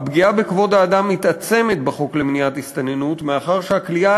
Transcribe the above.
"הפגיעה בכבוד האדם מתעצמת בחוק למניעת הסתננות מאחר שהכליאה